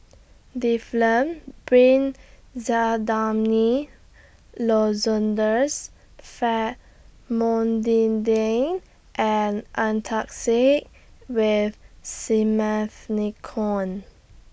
Difflam Benzydamine Famotidine and Antacid with Simethicone